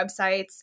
websites